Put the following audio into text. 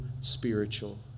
spiritual